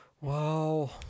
Wow